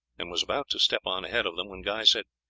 and was about to step on ahead of them, when guy said,